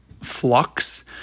flux